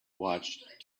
watched